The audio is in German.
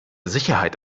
sicherheit